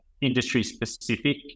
industry-specific